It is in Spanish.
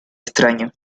extraño